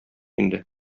инде